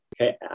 Okay